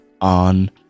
on